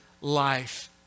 life